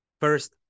First